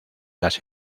las